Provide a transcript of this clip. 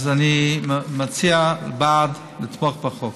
אז אני מציע, בעד, לתמוך בחוק.